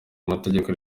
amategeko